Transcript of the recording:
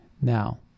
now